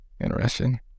Interesting